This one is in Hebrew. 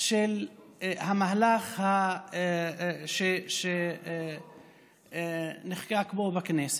של המהלך שנחקק פה בכנסת.